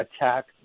attack